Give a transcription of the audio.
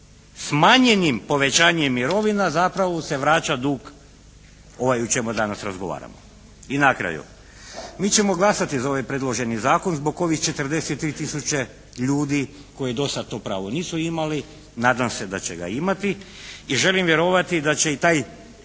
smanjenim povećanjem mirovina zapravo se vraća dug ovaj o čemu danas razgovaramo. I na kraju, mi ćemo glasati za ovaj predloženi zakon zbog ovih 43 tisuće ljudi koji do sada to pravo nisu imali, nadam se da će ga imati i želim vjerovati da će i taj